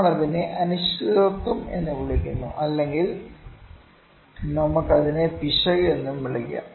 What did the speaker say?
നമ്മൾ അതിനെ അനിശ്ചിതത്വം എന്ന് വിളിക്കുന്നു അല്ലെങ്കിൽ നമുക്ക് അതിനെ പിശക് എന്നും വിളിക്കാം